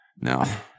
Now